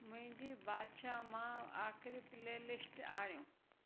मुंहिंजी बादशाह मां आख़िरी प्लेलिस्ट आणियो